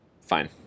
fine